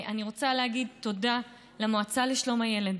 אני רוצה להגיד תודה למועצה לשלום הילד,